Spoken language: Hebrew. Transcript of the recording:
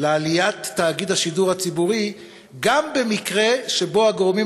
לעליית תאגיד השידור הציבורי גם במקרה שבו הגורמים